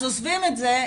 אז עוזבים את זה,